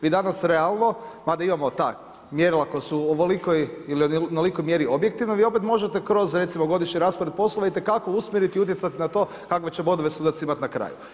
Vi danas, realno, ma da imamo ta mjerila koja su u ovolikoj ili onolikoj mjeri objektivno, vi opet možete recimo kroz godišnje raspone i poslove itekako usmjeriti i utjecati na to, kakve će bodove sudac imati na kraju.